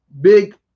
big